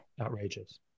outrageous